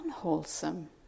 unwholesome